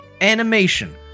Animation